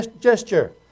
gesture